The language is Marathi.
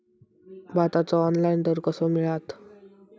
भाताचो ऑनलाइन दर कसो मिळात?